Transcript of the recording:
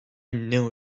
knew